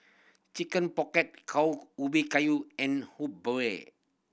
Chicken Pocket cow ubi kayu and bua